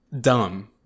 Dumb